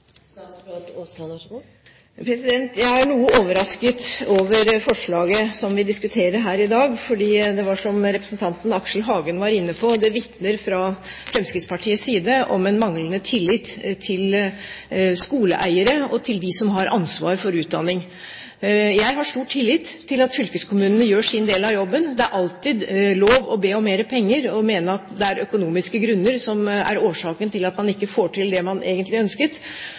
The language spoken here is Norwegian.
Jeg er noe overrasket over forslaget vi diskuterer her i dag, fordi det – som Aksel Hagen var inne på – vitner om en manglende tillit fra Fremskrittspartiets side til skoleeiere og til dem som har ansvar for utdanning. Jeg har stor tillit til at fylkeskommunene gjør sin del av jobben. Det er alltid lov å be om mer penger, og mene at det er økonomiske grunner som er årsaken til at man ikke får til det man egentlig ønsket,